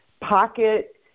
pocket